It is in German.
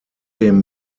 dem